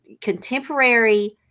contemporary